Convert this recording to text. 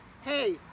hey